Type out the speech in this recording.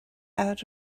out